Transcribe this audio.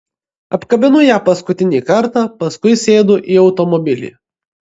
apkabinu ją paskutinį kartą paskui sėdu į automobilį